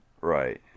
right